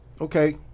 Okay